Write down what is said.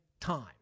time